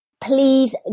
please